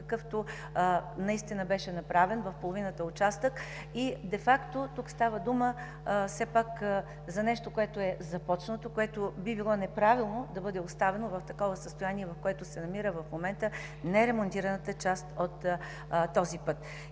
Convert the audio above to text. какъвто наистина беше направен в половината участък? Де факто тук става дума за нещо започнато и би било неправилно да бъде оставено в състоянието, в което се намира в момента неремонтираната част от пътя.